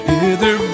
hither